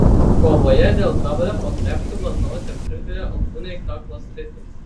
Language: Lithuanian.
kovoje dėl kamuolio po krepšiu varžovas jam trinktelėjo alkūne į kaklo sritį